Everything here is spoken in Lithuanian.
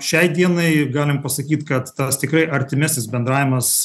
šiai dienai galim pasakyt kad tas tikrai artimesnis bendravimas